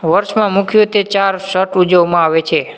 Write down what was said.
વર્ષમાં મુખ્યત્ત્વે ચાર છઠ ઉજવવામાં આવે છે